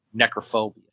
necrophobia